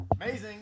Amazing